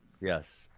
Yes